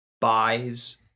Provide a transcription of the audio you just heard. buys